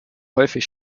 häufig